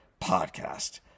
podcast